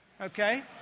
okay